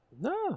No